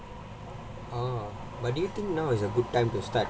oh but do you think now is a good time to start